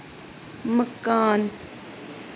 मकान